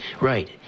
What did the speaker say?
Right